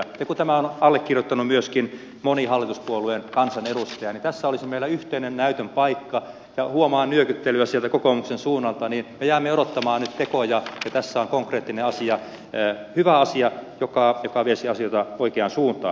ja kun tämän on allekirjoittanut myöskin moni hallituspuolueen kansanedustaja niin tässä meillä olisi yhteinen näytön paikka ja huomaan nyökyttelyä sieltä kokoomuksen suunnalta joten me jäämme nyt odottamaan tekoja ja tässä on konkreettinen asia hyvä asia joka veisi asioita oikeaan suuntaan